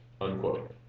unquote